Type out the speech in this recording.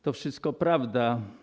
To wszystko prawda.